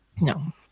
No